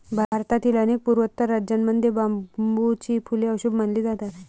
भारतातील अनेक पूर्वोत्तर राज्यांमध्ये बांबूची फुले अशुभ मानली जातात